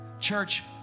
Church